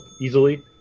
easily